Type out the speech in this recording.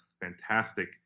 fantastic